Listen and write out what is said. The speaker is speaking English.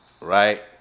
Right